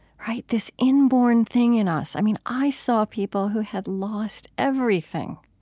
right, this inborn thing in us. i mean, i saw people who had lost everything,